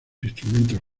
instrumentos